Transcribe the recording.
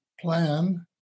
plan